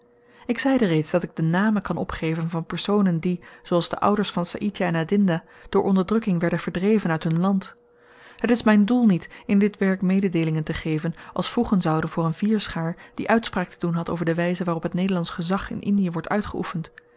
ik zeide reeds dat ik de namen kan opgeven van personen die zooals de ouders van saïdjah en adinda door onderdrukking werden verdreven uit hun land het is myn doel niet in dit werk mededeelingen te geven als voegen zouden voor een vierschaar die uitspraak te doen had over de wyze waarop t nederlandsch gezag in indie wordt uitgeoefend